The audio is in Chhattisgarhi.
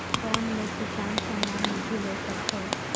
कौन मै किसान सम्मान निधि ले सकथौं?